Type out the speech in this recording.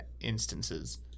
instances